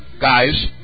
guys